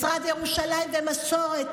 משרד ירושלים ומסורת,